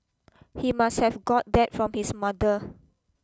he must have got that from his mother